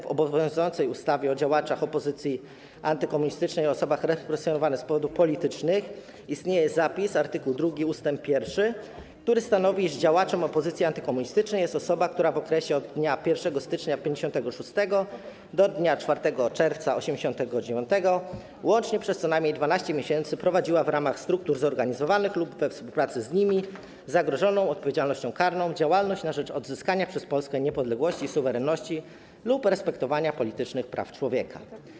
W obowiązującej ustawie o działaczach opozycji antykomunistycznej oraz osobach represjonowanych z powodów politycznych istnieje zapis art. 2 ust. 1, który stanowi, iż działaczem opozycji antykomunistycznej jest osoba, która w okresie od dnia 1 stycznia 1956 r. do dnia 4 czerwca 1989 r. łącznie przez co najmniej 12 miesięcy prowadziła w ramach struktur zorganizowanych lub we współpracy z nimi zagrożoną odpowiedzialnością karną działalność na rzecz odzyskania przez Polskę niepodległości, suwerenności lub respektowania politycznych praw człowieka.